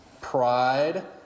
pride